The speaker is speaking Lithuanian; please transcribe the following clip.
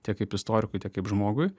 tiek kaip istorikui tiek kaip žmogui